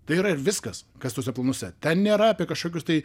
tai yra ir viskas kas tuose planuose ten nėra apie kažkokius tai